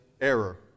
error